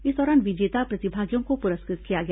इस दौरान विजेता प्रतिभागियों को पुरस्कृत किया गया